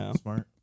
Smart